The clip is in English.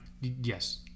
yes